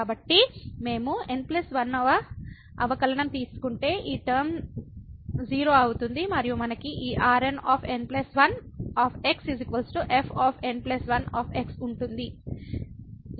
కాబట్టి మేము n 1 వ అవకలనం తీసుకుంటే ఈ టర్మ 0 అవుతుంది మరియు మనకు ఈ Rn n 1 f n 1 ఉంటుంది